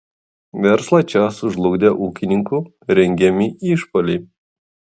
verslą čia sužlugdė ūkininkų rengiami išpuoliai